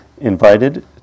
Invited